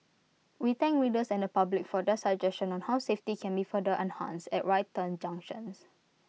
we thank readers and the public for their suggestions on how safety can be further enhanced at right turn junctions